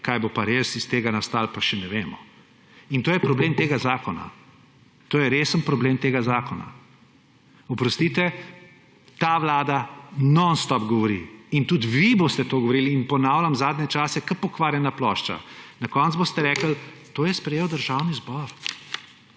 Kaj bo pa res iz tega nastalo, pa še ne vemo, in to je problem tega zakona. To je resen problem tega zakona. Oprostite, ta vlada nonstop govori in tudi vi boste to govorili in ponavljam zadnje čase kot pokvarjena plošča, na koncu boste rekli – To je sprejel Državni zbor.